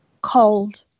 Cold